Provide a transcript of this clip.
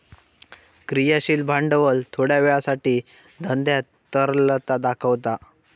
क्रियाशील भांडवल थोड्या वेळासाठी धंद्यात तरलता दाखवता